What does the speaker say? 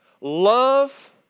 love